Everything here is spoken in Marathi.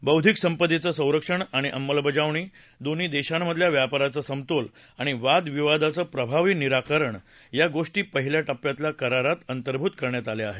बौद्वीक संपदेचं संरक्षण आणि अंमलबजावणी दोन्ही देशांमधल्या व्यापाराचा समतोल आणि वाद विवादाचं प्रभावी निराकरण या गोष्टी पहिल्या प्रिप्यातल्या करारात अंतर्भूत करण्यात आल्या आहेत